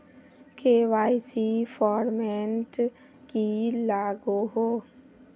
KYC format की लागोहो?